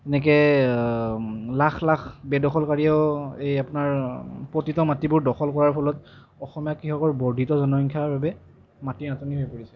এনেকৈ লাখ লাখ বেদখলকাৰীয়েও এই আপোনাৰ প্ৰতিটো মাটিবোৰ দখল কৰাৰ ফলত অসমীয়া কৃসকৰ বৰ্ধিত জনসংখ্যাৰ বাবে মাটিৰ নাটনি হৈ পৰিছে